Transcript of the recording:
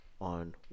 on